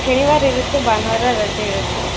ಶನಿವಾರ ಇರುತ್ತೆ ಭಾನುವಾರ ರಜೆ ಇರುತ್ತೆ